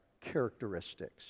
characteristics